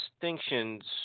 distinctions